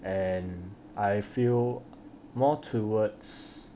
and I feel more towards